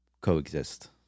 coexist